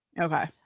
Okay